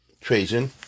Trajan